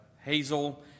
Hazel